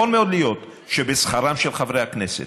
יכול מאוד להיות שבשכרם של חברי הכנסת,